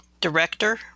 director